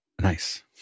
nice